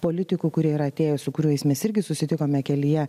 politikų kurie yra atėjo su kuriais mes irgi susitikome kelyje